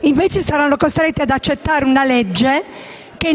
Invece saranno costretti ad accettare una legge che,